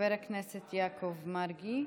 חבר הכנסת יעקב מרגי,